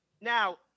now